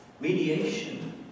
Mediation